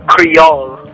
Creole